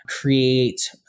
create